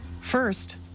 First